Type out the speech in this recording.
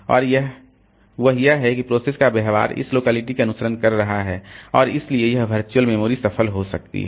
और वह यह है कि प्रोसेस का व्यवहार इस लोकेलिटी का अनुसरण कर रहा है और इसीलिए यह वर्चुअल मेमोरी सफल हो सकती है